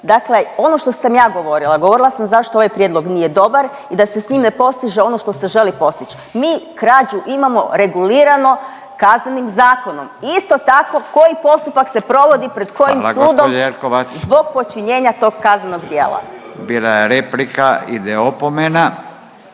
Dakle, ono što sam ja govorila, a govorila sam zašto ovaj prijedlog nije dobar i da se s njim ne postiže ono što se želi postić. Mi krađu imamo regulirano Kaznenim zakonom, isto tako koji postupak se provodi pred kojim sudom…/Upadica Radin: Hvala gđa. Jelkovac./…zbog